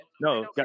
No